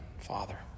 father